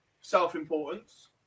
self-importance